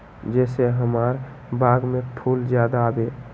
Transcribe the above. जे से हमार बाग में फुल ज्यादा आवे?